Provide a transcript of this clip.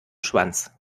schwanz